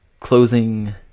closing